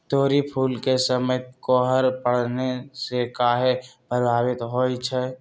तोरी फुल के समय कोहर पड़ने से काहे पभवित होई छई?